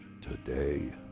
today